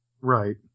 Right